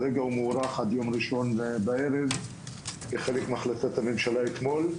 כרגע הוא מוארך עד יום ראשון בערב כחלק מהחלטת הממשלה אתמול.